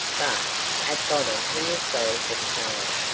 but at bottom he was sorry for the fellow.